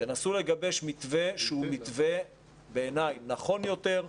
תנסו לגבש מתווה שהוא מתווה בעיניי נכון יותר,